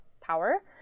power